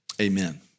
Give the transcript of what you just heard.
amen